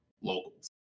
locals